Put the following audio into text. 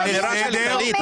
לסורה.